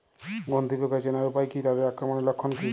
গন্ধি পোকা চেনার উপায় কী তাদের আক্রমণের লক্ষণ কী?